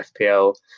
FPL